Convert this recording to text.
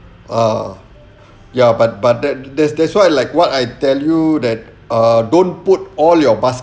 ah ya but but that that's that's why like what I tell you that err don't put all your bas~